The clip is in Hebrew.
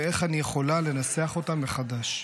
ואיך אני יכולה לנסח אותה מחדש,